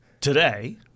today